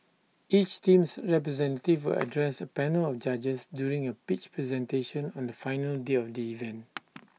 each team's representative will address A panel of judges during A pitch presentation on the final day of the event